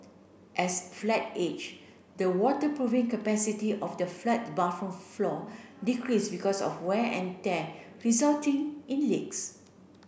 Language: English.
as flat age the waterproofing capacity of the flat bathroom floor decrease because of wear and tear resulting in leaks